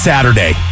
Saturday